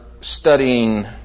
studying